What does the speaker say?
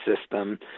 system